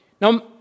Now